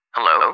Hello